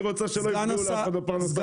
היא רוצה שלא יפגעו לאף אחד בפרנסה.